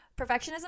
perfectionism